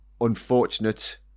unfortunate